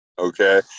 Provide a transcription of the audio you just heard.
Okay